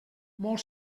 molt